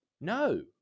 no